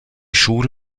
schule